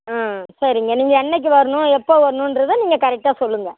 ஆ சரிங்க நீங்கள் என்றைக்கு வரணும் எப்போது வரணுன்றத நீங்கள் கரெக்டாக சொல்லுங்கள்